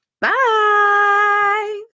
Bye